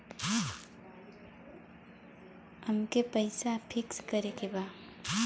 अमके पैसा फिक्स करे के बा?